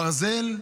הברזל,